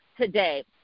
today